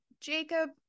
Jacob